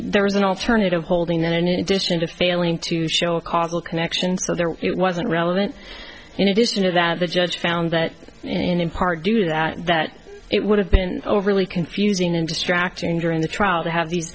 there was an alternative holding that in addition to failing to show a causal connection so there it wasn't relevant in addition to that the judge found that in part due to that that it would have been overly confusing and distraction during the trial to have these